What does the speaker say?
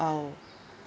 uh